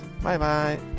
Bye-bye